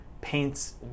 paints